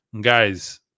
guys